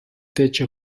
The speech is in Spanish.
techo